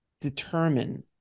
determine